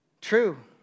True